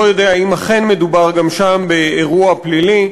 יודע אם אכן מדובר גם שם באירוע פלילי,